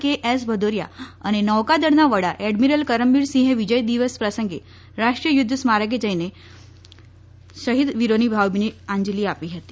કે એસ ભંદૌરીયા અને નૌકા દળના વડા એડમિરલ કરમબિર સિંહેં વિજય દિવસ પ્રસંગે રાષ્ટ્રીય યુદ્ધ સ્મારકે જઈને શહીદ વિરોને ભાવભીની અંજલી આપી છે